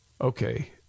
Okay